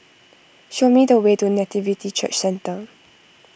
show me the way to Nativity Church Centre